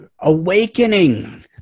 awakening